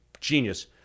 genius